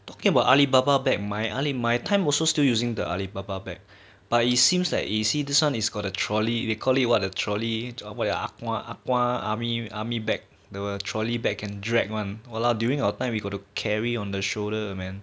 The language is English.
talking about ali baba bag my ah leh my time also still using the ali baba bag but it seems like you see this one is got the trolley they call it what the trolley to what aqua aqua army bag though a trolley bag can drag one !walao! during our time we got to carry on the shoulder man